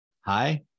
Hi